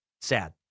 sad